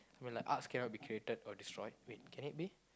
I mean like arts cannot be created or destroyed wait can it be